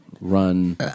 run